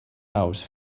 aus